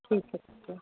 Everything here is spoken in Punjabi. ਠੀਕ ਹੈ ਠੀਕ ਹੈ